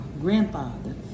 grandfather